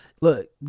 look